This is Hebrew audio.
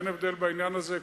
אין הבדל בעניין הזה,